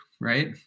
right